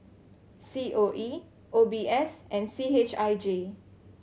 C O E O B S and C H I J